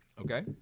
Okay